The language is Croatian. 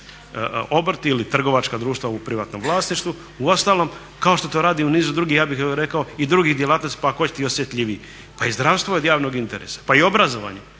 obrti ili trgovačka društva u privatnom vlasništvu. Uostalom kao što to radi i u nizu drugih, ja bih rekao i drugih djelatnosti, pa ako hoćete i osjetljivijih. Pa i zdravstvo je od javnog interesa pa i obrazovanje